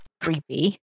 creepy